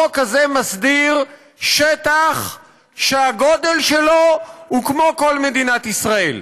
החוק הזה מסדיר שטח שהגודל שלו הוא כמו כל מדינת ישראל,